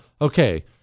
Okay